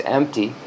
empty